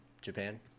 Japan